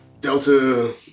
Delta